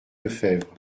lefebvre